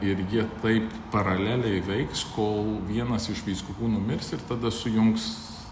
irgi taip paraleliai veiks kol vienas iš vyskupų numirs ir tada sujungs